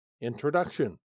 Introduction